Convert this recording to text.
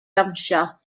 dawnsio